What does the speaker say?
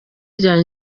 rya